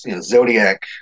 Zodiac